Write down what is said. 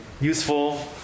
useful